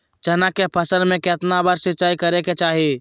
चना के फसल में कितना बार सिंचाई करें के चाहि?